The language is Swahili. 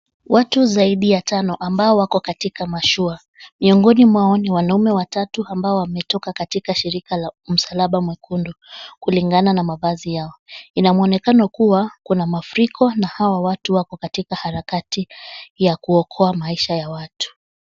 Watu zaidi ya tano ambao wako katika mashua, Miongoni mwao wanaume watatu ambao wametoka katika shirika la msalaba mwekundu kulingana na mavazi yao. Ina mwonekano kuwa kuna mafuriko na hawa watu wako katika harakati ya kuokoa maisha ya watu.